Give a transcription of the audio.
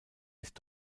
ist